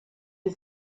had